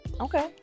okay